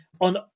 on